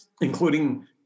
including